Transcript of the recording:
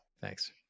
Thanks